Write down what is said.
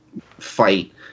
fight